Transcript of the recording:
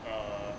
uh